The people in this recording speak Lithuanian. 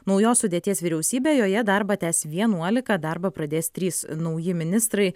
naujos sudėties vyriausybę joje darbą tęs vienuolika darbą pradės trys nauji ministrai